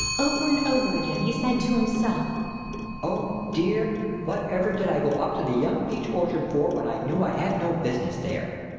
over and over again he said to himself oh, dear, whatever did i go up to the young peach orchard for when i knew i had no business there?